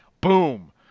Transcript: Boom